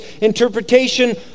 interpretation